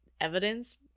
evidence